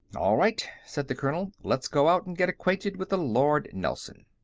all right, said the colonel. let's go out and get acquainted with the lord nelson.